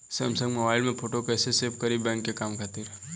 Samsung mobile में photo कैसे save करीं बैंक के काम खातिर?